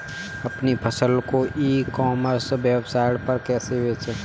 अपनी फसल को ई कॉमर्स वेबसाइट पर कैसे बेचें?